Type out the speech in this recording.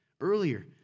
earlier